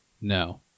No